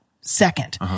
second